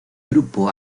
grupo